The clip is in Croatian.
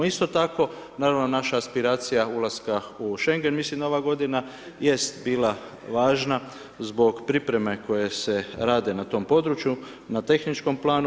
Isto tako naravno naša aspiracija ulaska u schengen, mislim da ova godina jest bila važna zbog pripreme koje se rade na tom području, na tehničkom planu.